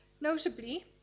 Notably